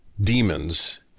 demons